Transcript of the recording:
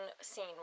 scene